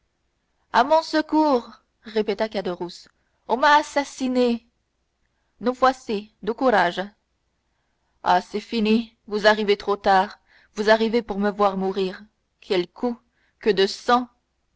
à mon secours répéta caderousse on m'a assassiné nous voici du courage ah c'est fini vous arrivez trop tard vous arrivez pour me voir mourir quels coups que de sang